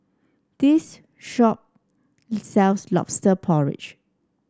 this shop sells lobster porridge